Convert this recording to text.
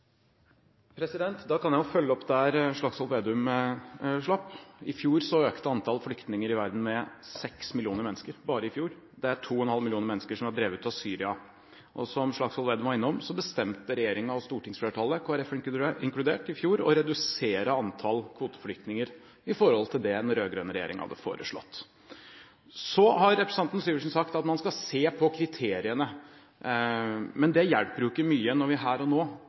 kan jeg følge opp der Slagsvold Vedum slapp: I fjor økte antall flyktninger i verden med 6 millioner mennesker – bare i fjor. Det er 2,5 millioner mennesker som er drevet ut av Syria. Som Slagsvold Vedum var inne på, bestemte regjeringen og stortingsflertallet – Kristelig Folkeparti inkludert – i fjor å redusere antallet kvoteflyktninger i forhold til det den rød-grønne regjeringen hadde foreslått. Så har representanten Syversen sagt at man skal se på kriteriene. Men det hjelper ikke mye når vi her og nå